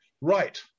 right